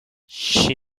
she